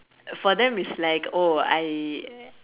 for them is like oh I